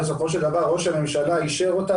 בסופו של דבר ראש הממשלה אישר אותה,